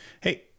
Hey